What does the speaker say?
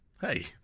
Hey